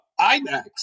IMAX